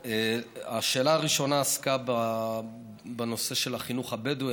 השאלה הראשונה עסקה בנושא של החינוך הבדואי.